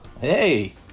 Hey